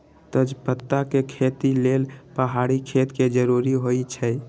तजपत्ता के खेती लेल पहाड़ी खेत के जरूरी होइ छै